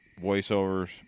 voiceovers